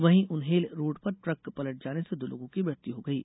वहीं उन्हेल रोड़ पर ट्रक पलट जाने से दो लोगों की मृत्यु हो गयी